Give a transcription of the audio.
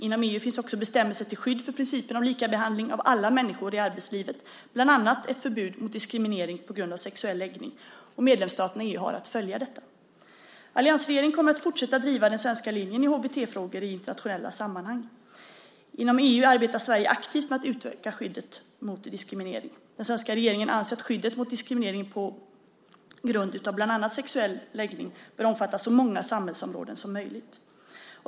Inom EU finns också bestämmelser till skydd för principen om lika behandling av alla människor i arbetslivet, bland annat ett förbud mot diskriminering på grund av sexuell läggning, och medlemsstaterna i EU har att följa detta. Alliansregeringen kommer att fortsätta att driva den svenska linjen i HBT-frågor i internationella sammanhang. Inom EU arbetar Sverige aktivt med att utöka skyddet mot diskriminering. Den svenska regeringen anser att skyddet mot diskriminering på grund av bland annat sexuell läggning bör omfatta så många samhällsområden som möjligt.